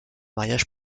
mariage